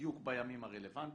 בדיוק בימים הרלוונטיים,